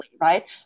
right